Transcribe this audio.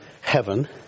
heaven